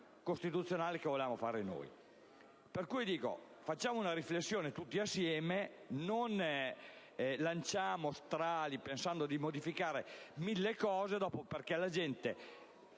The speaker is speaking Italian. costituzionale che volevamo fare noi. Facciamo dunque una riflessione tutti assieme, senza lanciare strali pensando di modificare mille cose, perché la gente